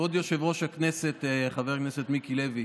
כבוד יושב-ראש הכנסת חבר הכנסת מיקי לוי,